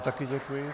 Také děkuji.